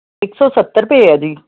ਇੱਕ ਸੌ ਸੱਤਰ ਰੁਪਏ ਆ ਜੀ